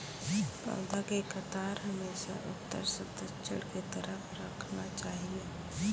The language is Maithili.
पौधा के कतार हमेशा उत्तर सं दक्षिण के तरफ राखना चाहियो